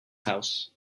house